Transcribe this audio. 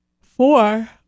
Four